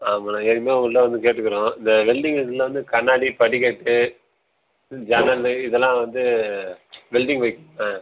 ஆமாண்ணா ஏற்கனவே உங்கள்ட வந்து கேட்டுக்கிறோம் இந்த வெல்டிங் உள்ள வந்து கண்ணாடி படிக்கட்டு ஜன்னல் இதெல்லாம் வந்து வெல்டிங் வைக்